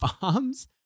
bombs